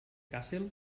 kassel